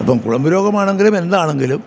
അപ്പം കുളമ്പ് രോഗമാണെങ്കിലും എന്താണെങ്കിലും